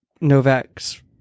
Novak's